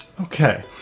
Okay